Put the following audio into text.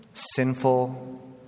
sinful